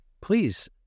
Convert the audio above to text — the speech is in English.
Please